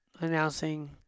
announcing